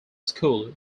school